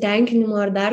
tenkinimo ar dar